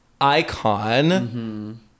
icon